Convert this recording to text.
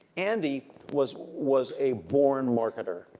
andy was was a born marketer,